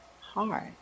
hard